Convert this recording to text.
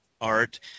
art